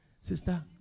sister